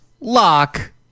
lock